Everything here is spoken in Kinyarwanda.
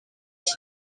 iki